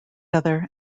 other